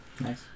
Nice